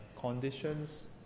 conditions